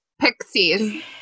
pixies